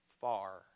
far